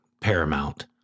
paramount